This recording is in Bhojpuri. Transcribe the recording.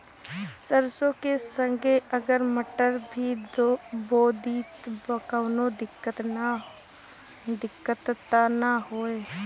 सरसो के संगे अगर मटर भी बो दी त कवनो दिक्कत त ना होय?